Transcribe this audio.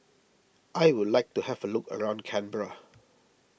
I would like to have a look around Canberra